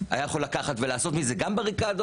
היה יכול לקחת ולעשות מזה גם בריקדות,